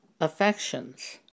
affections